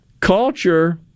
Culture